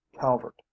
Calvert